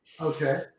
Okay